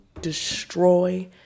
destroy